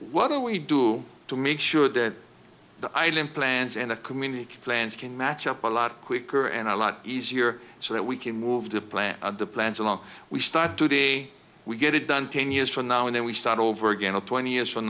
what do we do to make sure that the island plants and a community can plants can match up a lot quicker and a lot easier so that we can move the plant the plants along we start today we get it done ten years from now and then we start over again of twenty years from